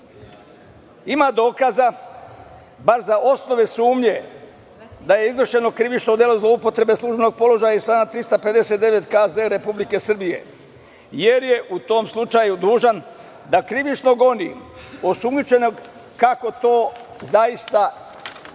ima dokaza bar za osnove sumnje da je izvršeno krivično delo zloupotrebe službenog položaja iz člana 350. KZ Republike Srbije, jer je u tom slučaju dužan da krivično goni osumnjičenog, kako to zaista